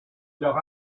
leur